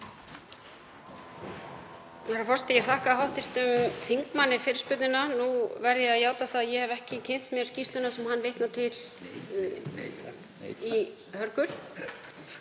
Herra forseti. Ég þakka hv. þingmanni fyrirspurnirna. Nú verð ég að játa að ég hef ekki kynnt mér skýrsluna sem hann vitnar til í hörgul,